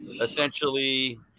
essentially –